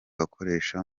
bakoresha